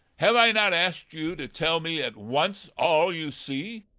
have i not asked you to tell me at once all you see?